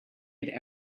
had